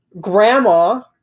grandma